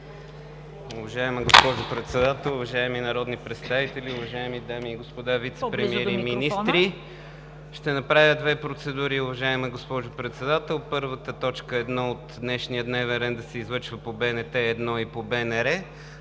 Уважаема госпожо Председател, уважаеми народни представители, уважаеми дами и господа вицепремиери, министри! Ще направя две процедури, уважаема госпожо Председател, точка първа от днешния дневен ред да се излъчва по БНТ 1 и БНР,